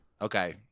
Okay